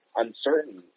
uncertain